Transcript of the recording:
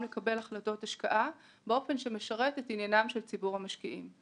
לקבל החלטות השקעה באופן שמשרת את עניינם של ציבור המשקיעים.